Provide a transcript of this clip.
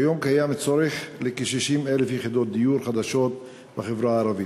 כיום יש צורך בכ-60,000 יחידות דיור חדשות בחברה הערבית.